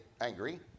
angry